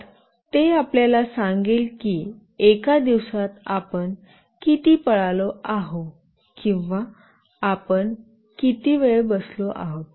मुळात ते आपल्याला सांगेल की एका दिवसात आपण किती पळालो आहे किंवा आपण किती वेळ बसलो आहे